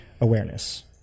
awareness